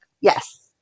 yes